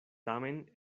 tamen